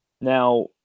Now